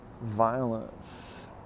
violence